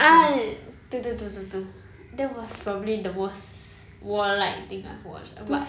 ah itu itu itu itu itu that was probably the most war like thing I've watched but